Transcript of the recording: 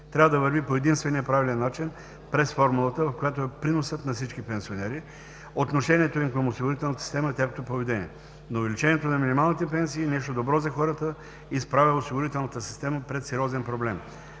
трябва да върви по единствения правилен начин през формулата, в която е приносът на всички пенсионери, отношението ни към осигурителната система е в тяхното поведение. Но увеличението на минималните пенсии е нещо добро за хората и изправя осигурителната система пред сериозен проблем.